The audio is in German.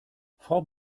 frau